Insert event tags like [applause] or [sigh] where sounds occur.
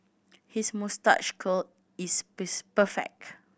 his moustache curl is [unintelligible] perfect